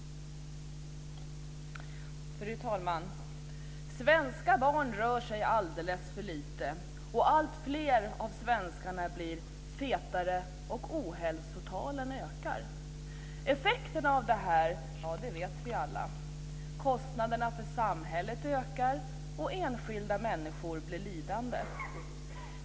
Svenska barn rör sig alldeles för lite, alltfler av svenskarna blir fetare och ohälsotalen ökar. Effekterna av det här känner vi alla till. Kostnaderna för samhället ökar, och enskilda människor blir lidande.